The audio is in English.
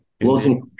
Closing